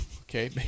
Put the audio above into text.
okay